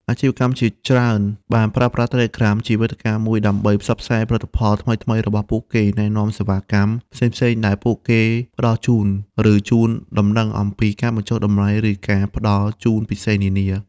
អាជីវកម្មជាច្រើនបានប្រើប្រាស់ Telegram ជាវេទិកាមួយដើម្បី ផ្សព្វផ្សាយផលិតផល ថ្មីៗរបស់ពួកគេ ណែនាំ សេវាកម្ម ផ្សេងៗដែលពួកគេផ្តល់ជូន ឬជូនដំណឹងអំពី ការបញ្ចុះតម្លៃ ឬការផ្តល់ជូនពិសេសនានា។